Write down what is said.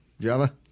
Java